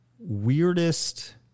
weirdest